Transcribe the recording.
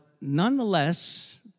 nonetheless